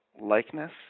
likeness